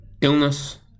Illness